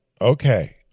Okay